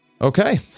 Okay